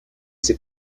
ses